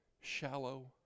Shallow